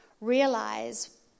realize